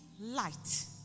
light